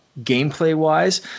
gameplay-wise